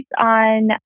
on